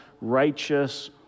righteous